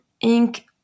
ink